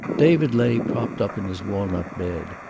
david lay propped up in his walnut bed.